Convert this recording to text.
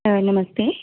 ਨਮਸਤੇ